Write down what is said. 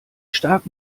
stark